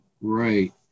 Right